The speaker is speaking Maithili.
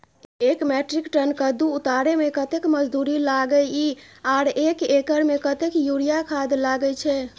एक मेट्रिक टन कद्दू उतारे में कतेक मजदूरी लागे इ आर एक एकर में कतेक यूरिया खाद लागे छै?